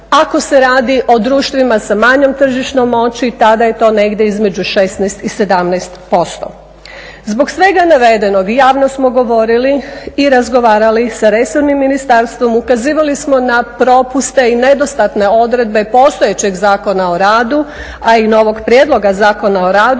Ako se radi o društvima sa manjom tržišnom moći tada je to negdje između 16 i 17%. Zbog svega navedenog i javno smo govorili i razgovarali sa resornim ministarstvom, ukazivali smo na propuste i nedostatne odredbe postojećeg Zakona o radu, a i novog Prijedloga zakona o radu